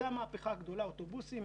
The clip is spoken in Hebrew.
זאת המהפכה הגדולה, כולל אוטובוסים.